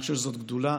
אני חושב שזאת גדולה